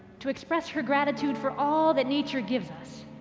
to express her gratitude for all that nature gives us,